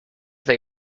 they